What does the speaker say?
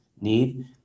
need